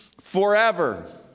forever